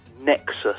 Nexus